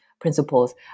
principles